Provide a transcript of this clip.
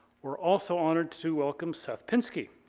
we're also honored to welcome seth pinsky.